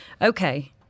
okay